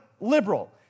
liberal